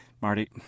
Marty